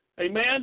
Amen